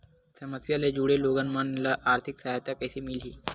समस्या ले जुड़े लोगन मन ल आर्थिक सहायता कइसे मिलही?